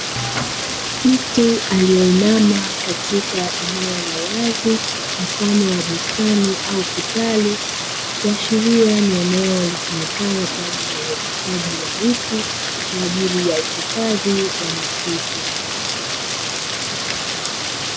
Mtu aliyeinama katika eneo la wazi mfano wa bustani au kitalu, kuashilia ni eneo litumikalo kwa ajili ya uoteshaji wa miti, kwa ajili ya uhifadhi wa misitu.